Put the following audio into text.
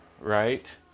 right